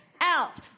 out